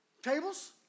Tables